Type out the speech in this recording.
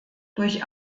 durch